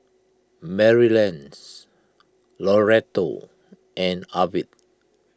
Marlys Loretto and Arvid